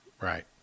Right